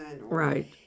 Right